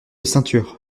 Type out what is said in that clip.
ceinture